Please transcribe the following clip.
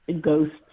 ghosts